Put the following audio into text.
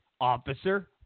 Officer